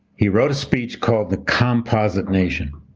he wrote a speech called the composite nation.